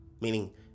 meaning